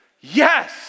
Yes